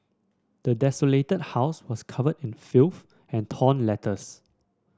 the desolated house was covered in filth and torn letters